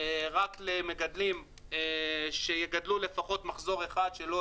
רק למגדלים שיגדלו לפחות מחזור אחד שלא